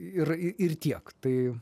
ir ir tiek tai